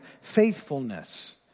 Faithfulness